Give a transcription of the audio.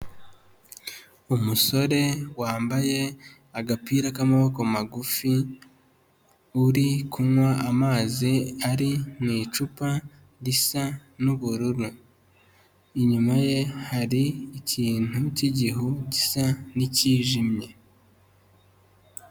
Umusore wambaye agapira k'amaboko magufi uri kunywa amazi ari mu icupa risa n'ubururu, inyuma ye hari ikintu cy'igihu gisa n'icyijimye.